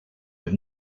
have